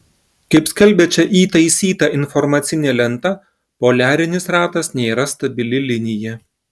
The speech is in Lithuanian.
kaip skelbia čia įtaisyta informacinė lenta poliarinis ratas nėra stabili linija